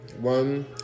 One